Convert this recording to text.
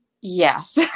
Yes